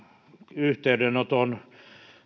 yhteydenoton